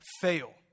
fail